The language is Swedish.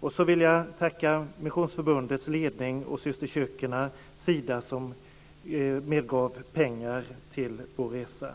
Jag vill också tacka Missionsförbundets ledning, systerkyrkorna och Sida som medgav pengar till vår resa.